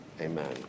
Amen